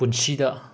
ꯄꯨꯟꯁꯤꯗ